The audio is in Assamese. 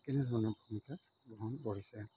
কেনেধৰণৰ ভূমিকা গ্ৰহণ কৰিছে